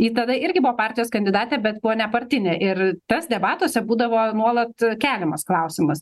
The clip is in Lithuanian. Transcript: ji tada irgi buvo partijos kandidatė bet buvo nepartinė ir tas debatuose būdavo nuolat keliamas klausimas